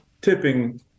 tipping